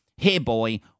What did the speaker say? hereboy